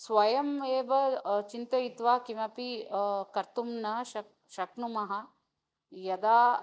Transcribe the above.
स्वयम् एव चिन्तयित्वा किमपि कर्तुं न श शक्नुमः यदा